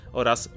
oraz